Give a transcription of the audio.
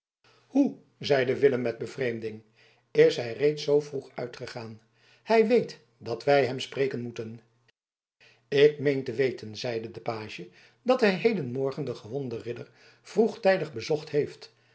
hoe zeide willem met bevreemding is hij reeds zoo vroeg uitgegaan hij weet dat wij hem spreken moeten ik meen te weten zeide de page dat hij hedenmorgen den gewonden ridder vroegtijdig bezocht heeft